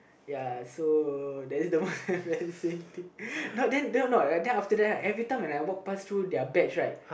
ya so that is the one embarrassing thing not then no no after that right every time when I walk past through their batch right